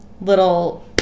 little